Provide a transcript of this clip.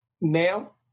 now